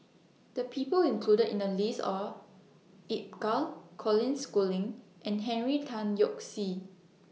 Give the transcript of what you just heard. The People included in The list Are Colin Schooling and Henry Tan Yoke See